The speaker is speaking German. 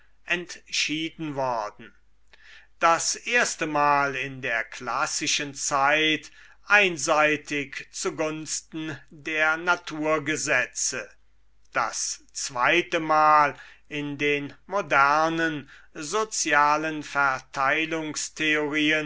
entschieden worden das erste mal in der klassischen zeit einseitig zu gunsten der naturgesetze dias zweite mal in den modernen sozialen